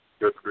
Good